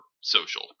social